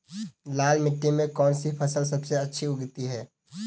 लाल मिट्टी में कौन सी फसल सबसे अच्छी उगती है?